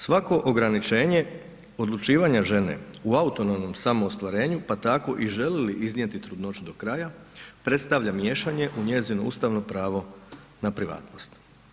Svako ograničenje odlučivanja žene u autonomnom samoostvarenju pa tako i želi li iznijeti trudnoću do kraja predstavlja miješanje u njezino ustavno pravo na privatnost.